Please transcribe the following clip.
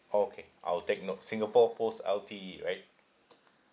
okay I'll take note singapore post L_T_E right